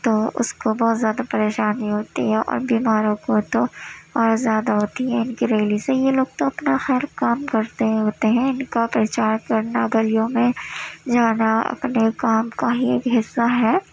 تو اس کو بہت زیادہ پریشانی ہوتی ہے اور بیماروں کو تو اور زیادہ ہوتی ہے ان کی ریلی سے یہ لوگ تو اپنا خیر کام کرتے ہوتے ہیں ان کا پرچار کرنا گلیوں میں جانا اپنے کام کا ہی ایک حصہ ہے